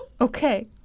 Okay